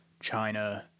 China